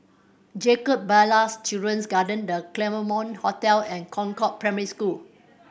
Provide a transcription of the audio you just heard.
Jacob Ballas Children's Garden The Claremont Hotel and Concord Primary School